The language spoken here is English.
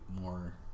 more